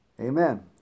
Amen